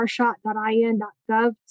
rshot.in.gov